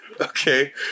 Okay